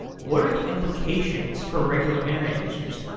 what are the implications for regular internet users?